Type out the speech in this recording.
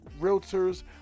realtors